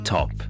Top